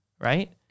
right